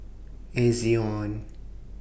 Ezion